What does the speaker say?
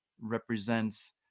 represents